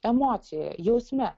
emocija jausme